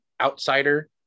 outsider